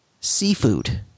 seafood